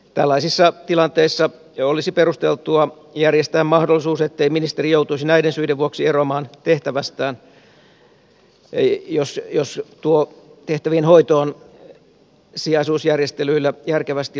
tällaisissa tilanteissa olisi perusteltua järjestää mahdollisuus ettei ministeri joutuisi näiden syiden vuoksi eroamaan tehtävästään jos tuo tehtävien hoito on sijaisuusjärjestelyillä järkevästi hoidettavissa